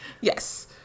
Yes